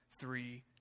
three